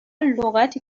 لغتی